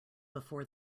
before